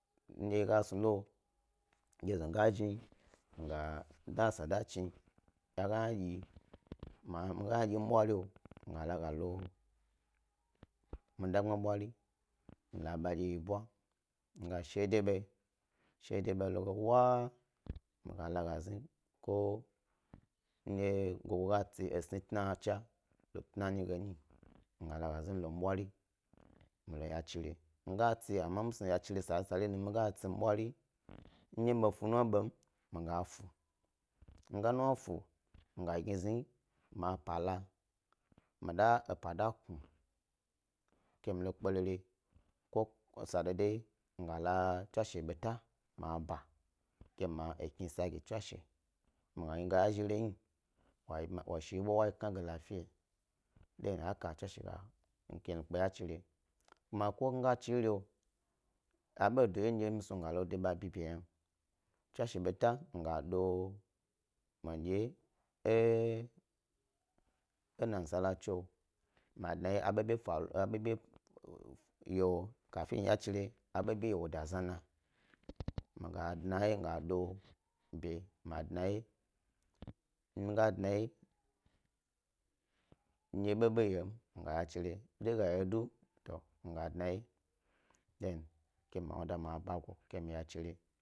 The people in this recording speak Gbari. Nɗye he gas nu ko, ge zu gnyi mi ga da esa do chni, aga ynadyi mi ga dyi e mi bwari wo mi ga laga mi lo mi dgbma bwari mi la ɓa godye wyebwa mi lo shiwo che ɓayi, shiwo de ba yi lo ge wah mi ga la ga zni ko ndye gogo go tsi esni tnachna lo tnanyi ge nyi iga la zni mi lo mi bwari milo ya chire, mi ga tsi amma mi snu mi gay a chire sari sari num, mi ga tsi mi bwari ndye i be fnu nuwn ɓom mi ga fu mi ga nuwn fu mi ga gni zni ma epa la mi da epa da gnayi ke mi lo kperere ko sa dodoyi mi ga la tswashe beta mi ba ke ma eknisa gi tswashe mi gna yi ga yazhi rehni wo yi gna ge lafiya yi than haka ke mi kpe ya chni re kuma ko mi ga chni ere a ɓo do yeyo ndye misnu mi galo de ɓa vi ɓi yna tswashe beta mi ga do midye e nasara tsi mi dna wye aboɓi furu yeyo, ka fen nyachire abo ɓe yeyo wo da zena mi ga do wo be yeyo wo da zena mi ga do wo ɓe mi dnawye mi ga dnawye ndye ɓoɓo yom, mi gay a chnire, abo ga yeyo dun utu mi ga dnawye than ke mi wnada ma bag u ke mi kpe ya chnire.